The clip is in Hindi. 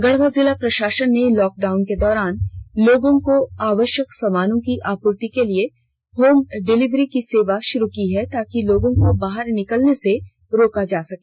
गढ़वा जिला प्रषासन ने लॉकडाउन के दौरान लोगों को आवष्यक सामानों की आपूर्ति के लिए होम डिलीवरी की सेवा शुरू की है ताकि लोगों को बाहर निकलने से रोका जा सके